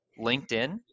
linkedin